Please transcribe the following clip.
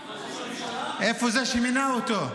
איפה זה שמינה אותו?